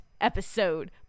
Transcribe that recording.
episode